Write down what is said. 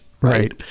Right